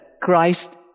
Christ